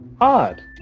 odd